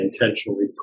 intentionally